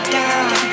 down